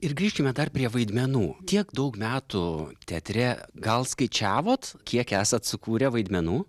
ir grįžkime dar prie vaidmenų tiek daug metų teatre gal skaičiavot kiek esat sukūrę vaidmenų